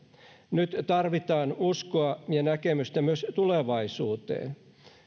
nyt tarvitaan uskoa ja näkemystä myös tulevaisuuteen